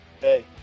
hey